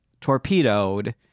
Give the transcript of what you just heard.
Torpedoed